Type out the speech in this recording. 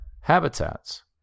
habitats